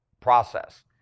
process